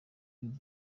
biga